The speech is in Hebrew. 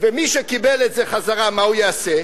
ומי שקיבל את זה חזרה, מה הוא יעשה?